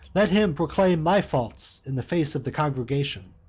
let him proclaim my thoughts in the face of the congregation.